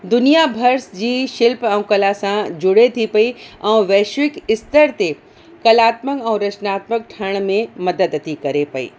दुनिया भर जी शिल्प ऐं कला सां जोड़े थी पई ऐं वैशिविक स्तर ते कलात्मक ऐं रचनात्मक थियण में मदद थी करे पई